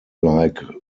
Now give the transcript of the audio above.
like